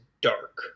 dark